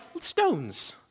stones